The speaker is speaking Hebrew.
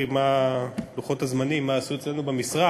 התשע"ה 2015,